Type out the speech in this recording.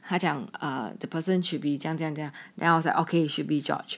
他讲 err the person should be 降降价 then I was like okay should be george